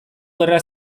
gerra